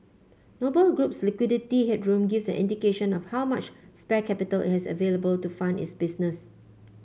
Noble Group's liquidity headroom gives an indication of how much spare capital has available to fund its business